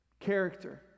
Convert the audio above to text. character